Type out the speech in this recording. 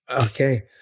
okay